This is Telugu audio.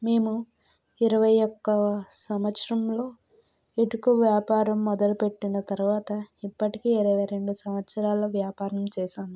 మేము ఇరవై ఒక్క సంవత్సరంలో ఇటుక వ్యాపారం మొదలుపెట్టిన తరువాత ఇప్పటికీ ఇరవై రెండు సంవత్సరాల వ్యాపారం చేశాము